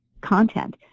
content